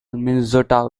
minnesota